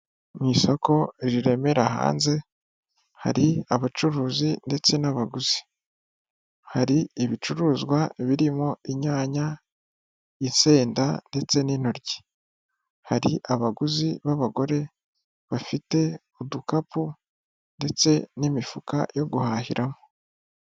Mu isoko riremera hanze hari abacuruzi ndetse n'abaguzi, hari ibicuruzwa birimo inyanya, insenda ndetse n'intoryi, hari abaguzi b'abagore bafite udukapu ndetse n'imifuka yo guhahiramo.